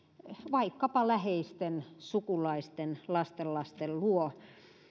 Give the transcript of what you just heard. vaikkapa läheisten sukulaisten lastenlasten luo